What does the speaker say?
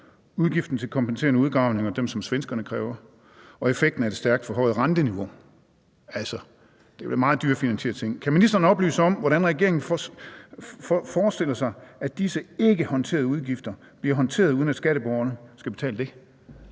udgiften til kompenserende udgravning og dem, som svenskerne kræver, og effekten af det stærkt forhøjede renteniveau. Altså, det er blevet meget dyrere at finansiere ting. Kan ministeren oplyse, hvordan regeringen forestiller sig at disse ikkehåndterede udgifter bliver håndteret, uden at skatteborgerne skal betale det?